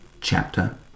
chapter